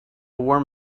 warm